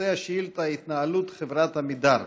נושא השאילתה: התנהלות חברת עמידר.